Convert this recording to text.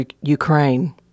Ukraine